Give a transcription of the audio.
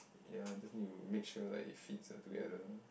ya just need to make sure like it fits ah together